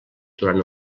durant